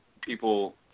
people